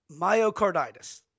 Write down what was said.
myocarditis